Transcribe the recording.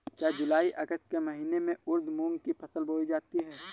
क्या जूलाई अगस्त के महीने में उर्द मूंग की फसल बोई जाती है?